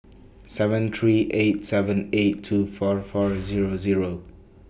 seven three eight seven eight two four four Zero Zero